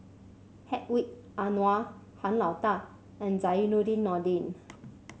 Hedwig Anuar Han Lao Da and Zainudin Nordin